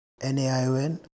NaION